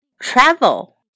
travel